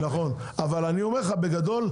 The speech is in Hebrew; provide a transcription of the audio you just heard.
אבל אני אומר לך בגדול,